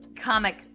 comic